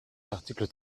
l’article